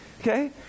okay